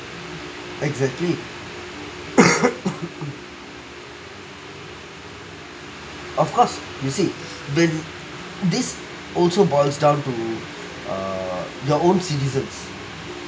exactly of course you see then this also boils down to err your own citizens